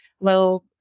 low